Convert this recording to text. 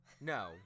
No